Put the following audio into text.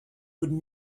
would